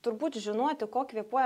turbūt žinoti kuo kvėpuoja